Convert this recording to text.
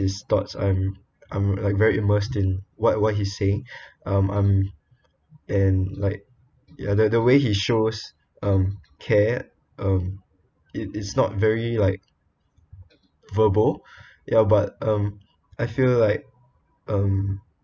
his thoughts I'm I'm like very immersed in what what he saying um and like ya the the way he shows um care um it is not very like verbal ya but um I feel like um